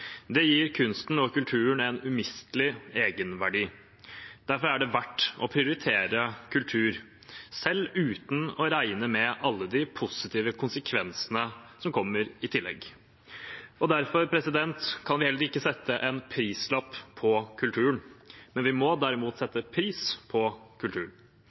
Det gir kunsten og kulturen en umistelig egenverdi. Derfor er det verdt å prioritere kultur, selv uten å regne med alle de positive konsekvensene som kommer i tillegg. Derfor kan vi ikke sette en prislapp på kulturen. Vi må derimot sette pris på kulturen.